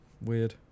weird